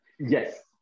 Yes